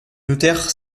notaire